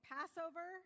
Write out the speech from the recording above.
Passover